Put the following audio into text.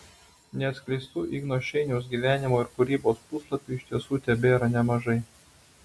neatskleistų igno šeiniaus gyvenimo ir kūrybos puslapių iš tiesų tebėra nemažai